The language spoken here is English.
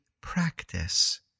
practice